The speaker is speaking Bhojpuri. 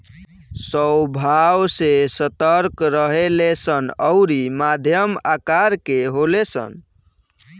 स्वभाव से सतर्क रहेले सन अउरी मध्यम आकर के होले सन